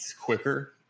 quicker